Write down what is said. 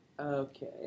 Okay